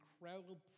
incredible